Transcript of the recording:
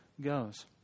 goes